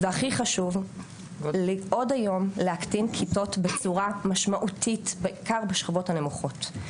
והכי חשוב עוד היום להקטין כיתות בצורה משמעותית בעיקר בשכבות הנמוכות.